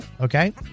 Okay